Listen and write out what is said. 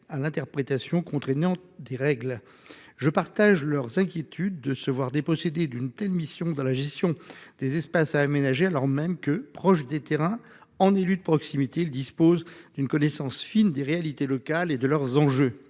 à l'interprétation contraignante des règles. Je partage leurs inquiétudes de se voir déposséder d'une telle mission dans la gestion des espaces à aménager, alors même que ces élus de proximité, proches du terrain, disposent d'une connaissance fine des réalités locales et de leurs enjeux.